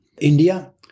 India